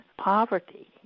poverty